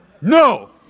No